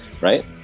right